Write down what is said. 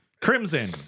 Crimson